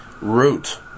root